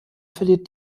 verliert